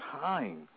time